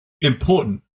important